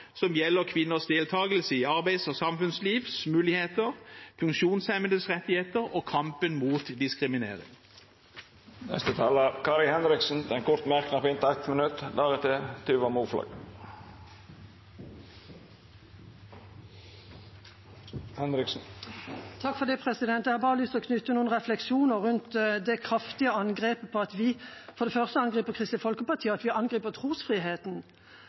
kvinners deltakelse og muligheter i arbeids- og samfunnsliv, funksjonshemmedes rettigheter og kampen mot diskriminering. Representanten Kari Henriksen har hatt ordet to gonger tidlegare og får ordet til ein kort merknad, avgrensa til 1 minutt. Jeg har lyst til å knytte noen refleksjoner til det kraftige angrepet om at vi for det første angriper Kristelig Folkeparti, og at vi angriper trosfriheten.